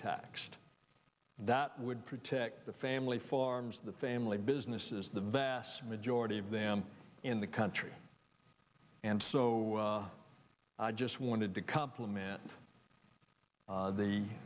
taxed that would protect the family farms of the family businesses the vast majority of them in the country and so i just wanted to compliment